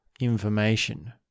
information